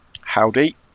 Howdy